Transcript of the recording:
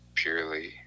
Purely